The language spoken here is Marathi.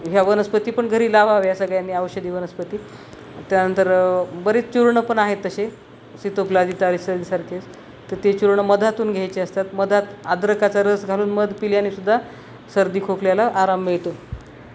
ह्या वनस्पती पण घरी लावाव्या सगळ्यांनी औषधी वनस्पती त्यानंतर बरीच चूर्णं पण आहेत तशे सीतोफलादी तारी सर्दीसारखेच तर ते चूर्ण मधातून घ्यायचे असतात मधात अद्रकाचा रस घालून मध पिल्यानेसुद्धा सर्दी खोकल्याला आराम मिळतो